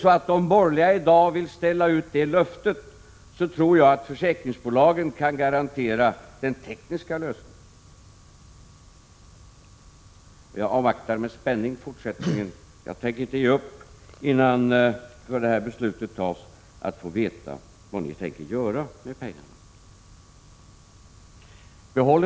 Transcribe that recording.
Så om de borgerliga vill ställa ut detta löfte tror jag att försäkringsbolagen kan garantera den tekniska lösningen. Jag avvaktar fortsättningen med spänning. Jag tänker inte ge upp hoppet om att få veta vad ni tänker göra med pengarna förrän riksdagen har fattat detta beslut.